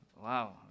Wow